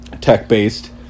tech-based